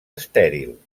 estèril